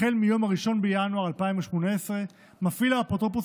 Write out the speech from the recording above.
מאז יום 1 בינואר 2018 מפעיל האפוטרופוס